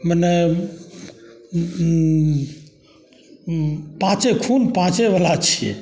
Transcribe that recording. मने पाँचे खून पाँचेवला छिए